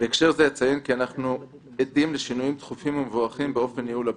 אנחנו עדים לשינויים תכופים ומבורכים באופן ניהול הבנק,